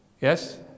Yes